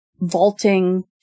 vaulting